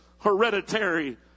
hereditary